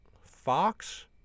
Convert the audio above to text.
Fox